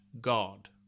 God